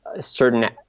certain